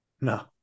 No